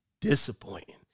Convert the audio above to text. disappointing